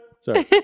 Sorry